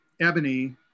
ebony